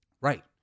right